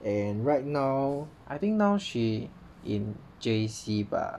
and right now I think now she in J_C 吧